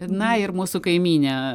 na ir mūsų kaimynė